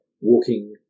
walking